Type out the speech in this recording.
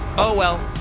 oh well.